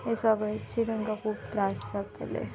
हे सगळ्याची तांकां खूब त्रास जातले